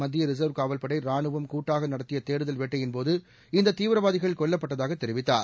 மத்திய ரிசர்வ் காவல்படை ரானுவம் கூட்டாக நடத்திய தேடுதல் வேட்டையின் போது இந்த தீவிரவாதிகள் கொல்லப்பட்டதாக தெரிவித்தார்